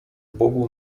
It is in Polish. bogu